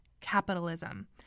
capitalism